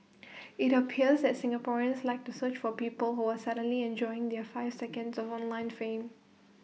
IT appears that Singaporeans like to search for people who are suddenly enjoying their five seconds of unlined fame